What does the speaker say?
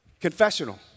confessional